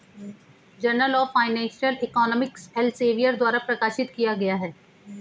journal of financial economics Elsevier द्वारा प्रकाशित किया गया हैं